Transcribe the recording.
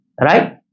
Right